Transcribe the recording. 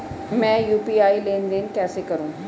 मैं यू.पी.आई लेनदेन कैसे करूँ?